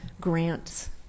grants